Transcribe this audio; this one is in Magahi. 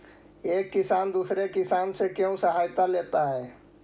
एक किसान दूसरे किसान से क्यों सहायता लेता है?